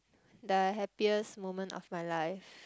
the happiest moment of my life